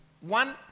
one